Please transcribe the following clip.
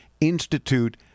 Institute